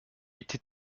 été